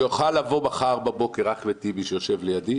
יוכל לבוא מחר בבוקר אחמד טיבי, שיושב לידי,